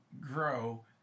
grow